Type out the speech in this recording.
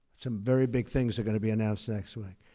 some very big things are going to be announced next week.